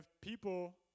people